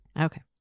Okay